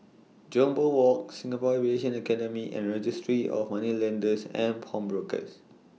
Jambol Walk Singapore Aviation Academy and Registry of Moneylenders and Pawnbrokers